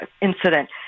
incident